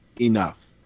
enough